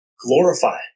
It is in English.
glorify